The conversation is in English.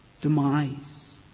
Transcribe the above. demise